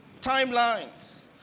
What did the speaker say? Timelines